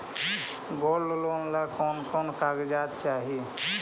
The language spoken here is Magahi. गोल्ड लोन ला कौन कौन कागजात चाही?